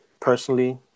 Personally